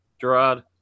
Gerard